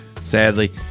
sadly